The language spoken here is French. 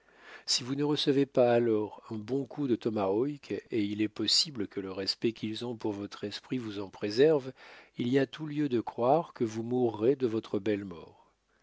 si vous ne recevez pas alors un bon coup de tomahawk et il est possible que le respect qu'ils ont pour votre esprit vous en préserve il y a tout lieu de croire que vous mourrez de votre belle mort